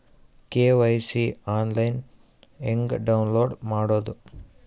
KYC online ಹೆಂಗ್ download ಮಾಡೋದು?